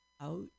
out